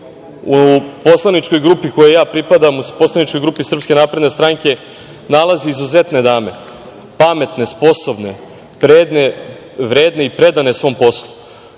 u poslaničkoj grupi kojoj ja pripadam, poslaničkoj grupi SNS nalaze izuzetne dame, pametne, sposobne, vredne i predane svom poslu,